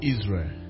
Israel